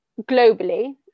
globally